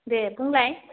दे बुंलाय